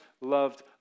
loved